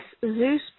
Zeus